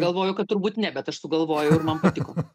galvoju kad turbūt ne bet aš sugalvojau ir man patiko